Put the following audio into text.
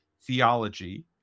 theology